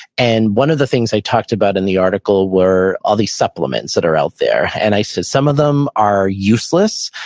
and one of the things i talked about in the article were all the supplements that are out there. and i said some of them are useless,